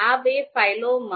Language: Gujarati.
આ બે ફાઇલોમાં